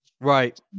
right